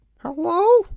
Hello